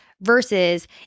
versus